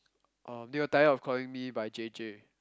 or they were tired of calling me by J_J